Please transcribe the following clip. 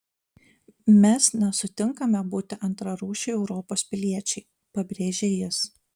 mes nesutinkame būti antrarūšiai europos piliečiai pabrėžė jis